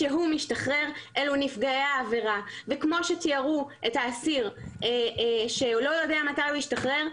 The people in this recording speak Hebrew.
כמו שתיארו את האסיר שהוא לא יודע מתי הוא ישתחרר,